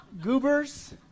goobers